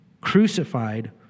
crucified